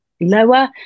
lower